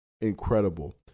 Incredible